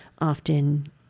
often